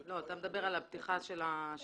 לא, אתה מדבר על הפתיחה של עוד נתיב.